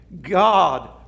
God